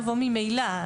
נבוא ממילא.